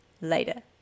later